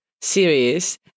series